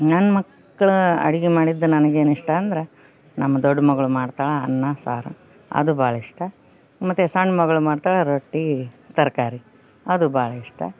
ನನ್ನ ಮಕ್ಳು ಅಡಿಗೆ ಮಾಡಿದ್ದ ನನ್ಗೇನು ಇಷ್ಟ ಅಂದ್ರ ನಮ್ಮ ದೊಡ್ಡ ಮಗ್ಳು ಮಾಡ್ತಾಳೆ ಅನ್ನ ಸಾರು ಅದು ಭಾಳ ಇಷ್ಟ ಮತ್ತು ಸಣ್ಣ ಮಗಳು ಮಾಡ್ತಳ ರೊಟ್ಟಿ ತರಕಾರಿ ಅದು ಭಾಳ ಇಷ್ಟ